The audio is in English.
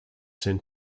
sent